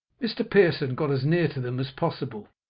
mr. pearson got as near to them as possible,